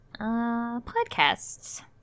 Podcasts